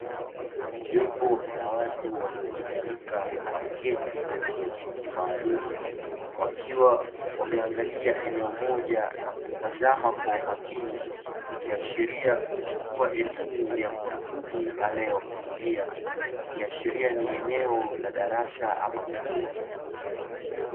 Jopo la watu waliojumuika na kuketi kwenye viti maalumu, wakiwa wameangalia eneo moja na kutazama kwa umakini, ikiashiria kuchukua elimu ya mhutubu anayewahutubia; ikiashiria ni eneo la darasa ama chuo.